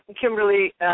Kimberly